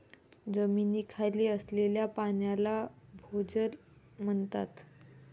जमिनीखाली असलेल्या पाण्याला भोजल म्हणतात